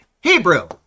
Hebrew